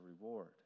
reward